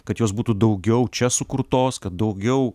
kad jos būtų daugiau čia sukurtos kad daugiau